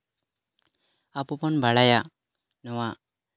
ᱟᱵᱚ ᱵᱚᱱ ᱵᱟᱲᱟᱭᱟ ᱱᱚᱣᱟ